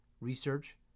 research